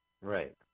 Right